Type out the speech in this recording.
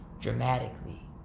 Dramatically